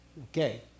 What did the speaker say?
Okay